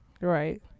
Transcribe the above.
right